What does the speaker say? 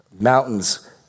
Mountains